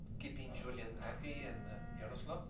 keeping julian happy and jaroslaw.